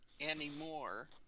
anymore